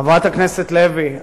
חברת הכנסת לוי,